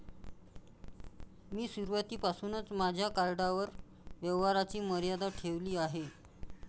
मी सुरुवातीपासूनच माझ्या कार्डवर व्यवहाराची मर्यादा ठेवली आहे